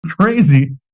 crazy